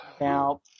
Now